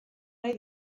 nahi